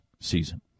season